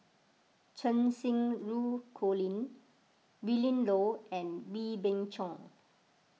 Cheng Xinru Colin Willin Low and Wee Beng Chong